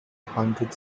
hundred